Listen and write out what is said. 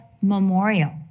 memorial